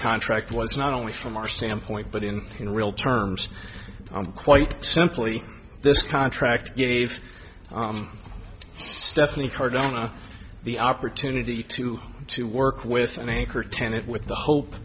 contract was not only from our standpoint but in in real terms quite simply this contract gave stephanie cardona the opportunity to to work with an anchor tenant with the hope